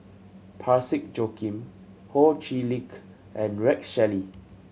Parsick Joaquim Ho Chee Lick and Rex Shelley